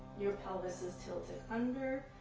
your pelvis is tilted under,